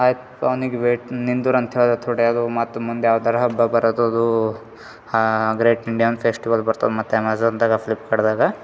ಆಯ್ತು ಅವ್ನಿಗೆ ವೆಯ್ಟ್ ನಿಂದುರು ಅಂತ ಹೇಳ್ದೆ ತೊಡೆ ಅದು ಮತ್ತು ಮುಂದೆ ಯಾವುದರ ಹಬ್ಬ ಬರೋದದೂ ಗ್ರೇಟ್ ಇಂಡಿಯನ್ ಫೆಸ್ಟಿವಲ್ ಬರ್ತದೆ ಮತ್ತು ಅಮೆಝನ್ದಾಗ ಫ್ಲಿಪ್ಕಾರ್ಟ್ದಾಗ